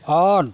on